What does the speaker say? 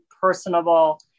personable